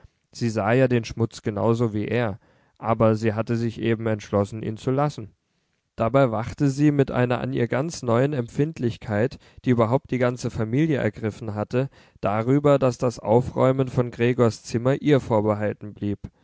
sie sah ja den schmutz genau so wie er aber sie hatte sich eben entschlossen ihn zu lassen dabei wachte sie mit einer an ihr ganz neuen empfindlichkeit die überhaupt die ganze familie ergriffen hatte darüber daß das aufräumen von gregors zimmer ihr vorbehalten blieb